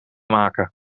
maken